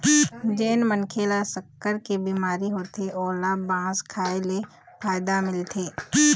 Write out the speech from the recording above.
जेन मनखे ल सक्कर के बिमारी होथे ओला बांस खाए ले फायदा मिलथे